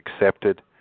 accepted